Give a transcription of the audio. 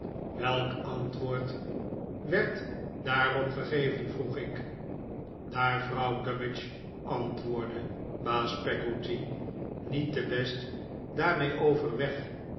welk antwoord werd daarop gegeven vroeg ik daar vrouw gummidge antwoordde baas peggotty niet te best daarmee overweg